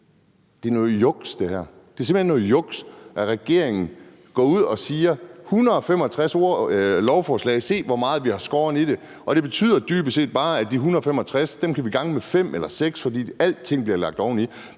Det er noget juks. Det er simpelt hen noget juks, at regeringen går ud og siger: Der kommer 165 lovforslag – se, hvor meget vi har skåret i det! Det betyder dybest set bare, at de 165 kan vi gange med fem eller seks, fordi alting bliver lagt oveni